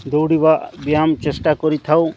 ଦୌଡ଼ିବା ବ୍ୟାୟାମ ଚେଷ୍ଟା କରିଥାଉ